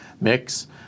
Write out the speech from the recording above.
mix